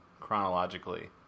chronologically